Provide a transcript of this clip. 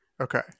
okay